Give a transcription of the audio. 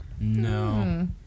No